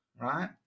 right